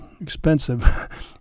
expensive